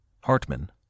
Hartman